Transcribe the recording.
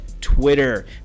Twitter